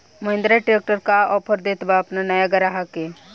Mahindra tractor का offer देत बा अपना नया ग्राहक के?